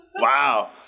wow